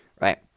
right